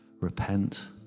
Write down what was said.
repent